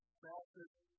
fastest